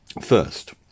First